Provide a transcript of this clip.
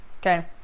okay